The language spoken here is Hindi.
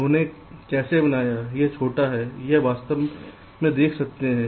उन्होंने कैसे बनाया है यह छोटा है आप वास्तव में देख सकते हैं